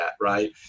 right